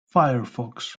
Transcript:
firefox